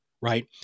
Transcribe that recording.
Right